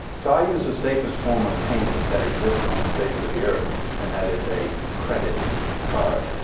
so i use the safest form of payment that exists on the face of the earth. and that is a credit card.